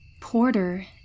Porter